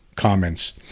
comments